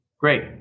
Great